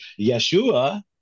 Yeshua